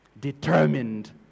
determined